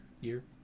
Year